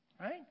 Right